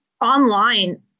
online